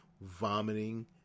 vomiting